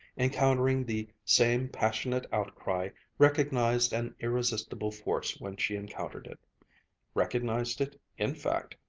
encountering the same passionate outcry, recognized an irresistible force when she encountered it recognized it, in fact,